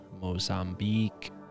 Mozambique